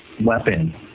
weapon